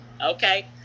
Okay